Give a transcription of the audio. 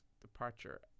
departure